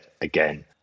again